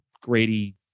Grady